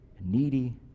needy